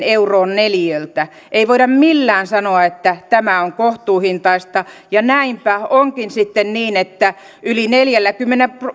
euroa neliöltä ei voida millään sanoa että tämä on kohtuuhintaista ja näinpä onkin sitten niin että yli neljälläkymmenellä